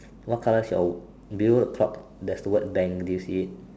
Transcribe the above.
what colour is your below the clock there is the word dang do you see it